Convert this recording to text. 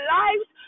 lives